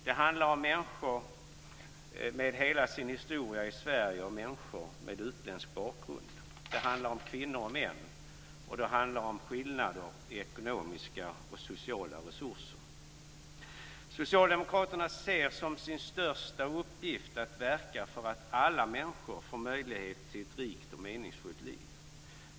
Det handlar om människor med hela sin historia i Sverige och människor med utländsk bakgrund. Det handlar om kvinnor och män. Och det handlar om skillnader i ekonomiska och sociala resurser. Socialdemokraterna ser som sin största uppgift att verka för att alla människor får möjlighet till ett rikt och meningsfullt liv.